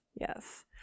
Yes